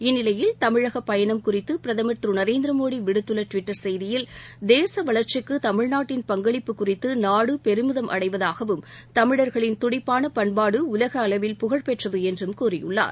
இந்நிலையில் தமிழகப் பயணம் குறித்தபிரதமர் திருநரேந்திரமோடிவிடுத்துள்ளடுவிட்டர் செய்தியில் தேசவளர்ச்சிக்குதமிழ்நாட்டின் பங்களிப்பு குறித்துநாடுபெருமிதம் அடைவதாகவும் தமிழர்களின் துடிப்பானபண்பாடுஉலகளவில் புகழ் பெற்றதுஎன்றும் கூறியுள்ளார்